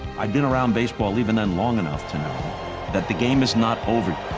i've been around baseball leaving in long enough to know that the game is not over.